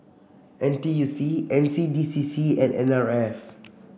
N T U C N C D C C and N R F